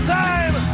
time